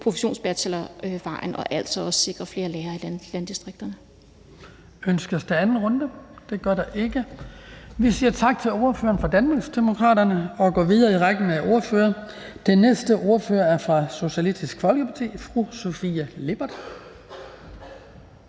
professionsbachelorvejen og altså også sikre flere lærere i landdistrikterne. Kl. 16:27 Den fg. formand (Hans Kristian Skibby): Ønskes der en anden kort bemærkning? Det gør der ikke. Vi siger tak til ordføreren fra Danmarksdemokraterne og går videre i rækken af ordførere. Den næste ordfører er fra Socialistisk Folkeparti, fru Sofie Lippert.